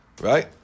Right